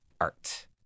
art